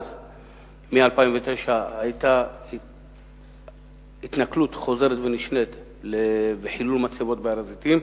מ-2009 היו התנכלות חוזרת ונשנית וחילול מצבות בהר-הזיתים.